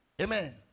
Amen